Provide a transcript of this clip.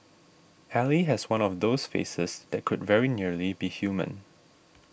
ally has one of those faces that could very nearly be human